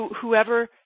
whoever